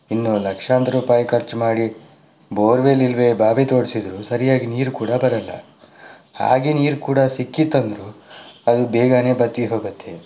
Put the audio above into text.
ಇನ್ನು ಲಕ್ಷಾಂತರ ರೂಪಾಯಿ ಖರ್ಚು ಮಾಡಿ ಬೋರ್ವೆಲ್ ಇಲ್ಲವೇ ಬಾವಿ ತೋಡಿಸಿದರೂ ಸರಿಯಾಗಿ ನೀರು ಕೂಡ ಬರಲ್ಲ ಹಾಗೆ ನೀರು ಕೂಡ ಸಿಕ್ಕಿತಂದರೂ ಅದು ಬೇಗನೆ ಬತ್ತಿ ಹೋಗತ್ತೆ